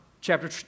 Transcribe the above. chapter